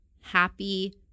happy